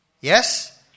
Yes